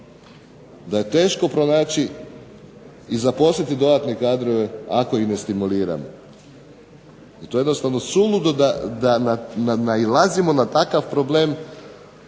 da je teško pronaći i zaposliti dodatne kadrove ako ih ne stimuliramo, i to je doslovno suludo da nailazimo na takav problem